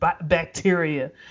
bacteria